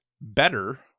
better